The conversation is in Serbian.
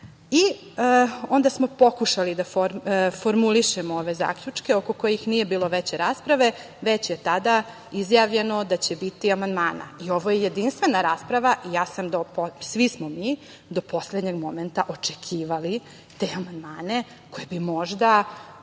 i onda smo pokušali da formulišemo ove zaključke oko kojih nije bilo veće rasprave, već je tada izjavljeno da će biti amandmana i ovo je jedinstvena rasprava i svi smo vi do poslednjem momenta očekivali te amandmane, koje bi možda